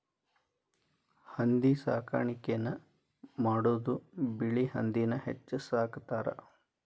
ಹಂದಿ ಸಾಕಾಣಿಕೆನ ಮಾಡುದು ಬಿಳಿ ಹಂದಿನ ಹೆಚ್ಚ ಸಾಕತಾರ